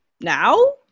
now